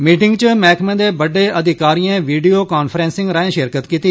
meeting च मैह्कमे बड्डे अधिकारिएं वीडियो कांफ्रेंसिंग राए शिरकत कीती